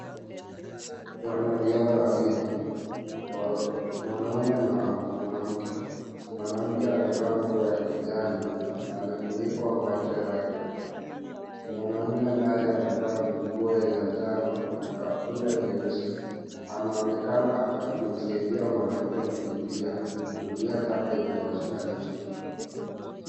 Wanariadha wawili, wa, mwanamme na mwanamke, mwanamke amevaa nguo ya kijani, na amefunikwa macho yake, mwanaume naye amevaa nguo ya njano, na kaptura nyeusi, anaonekana akimsaidia mwanamke kukimbia, kutumia kamba iliyo washikanisha.